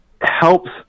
helps